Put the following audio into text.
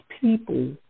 people